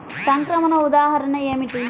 సంక్రమణ ఉదాహరణ ఏమిటి?